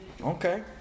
Okay